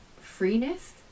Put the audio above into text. freeness